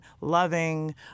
loving